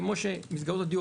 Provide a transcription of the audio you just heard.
כמו שמסגרות הדיור,